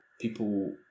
people